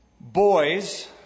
boys